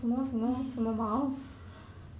这样奇怪的